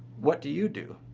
what do you do?